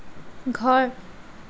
ঘৰ